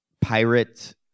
pirate